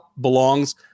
belongs